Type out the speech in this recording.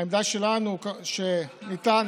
העמדה שלנו היא שניתן,